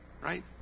Right